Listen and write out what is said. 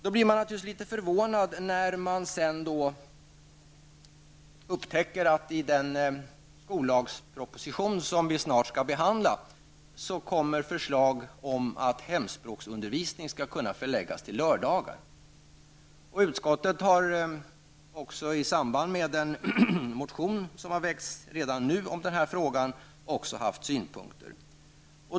Då blir man naturligtvis förvånad, när man sedan upptäcker att i den skollagsproposition som vi snart skall behandla kommer förslag om att hemspråksundervisning skall kunna förläggas till lördagar. Utskottet har i samband med en motion som väckts redan nu om den här frågan också haft synpunkter.